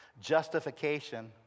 justification